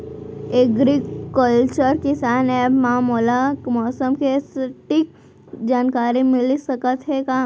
Agriculture Kisan app मा मोला मौसम के सटीक जानकारी मिलिस सकत हे का?